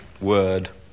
Word